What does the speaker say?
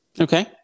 Okay